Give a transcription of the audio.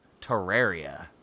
Terraria